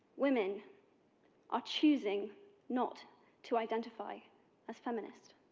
women are choosing not to identify as feminist.